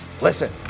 Listen